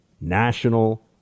national